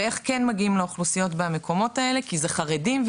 ואיך כן מגיעים לאוכלוסיות במקומות האלה כי אלה חרדים,